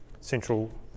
central